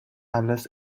alles